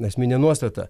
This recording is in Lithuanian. esminė nuostata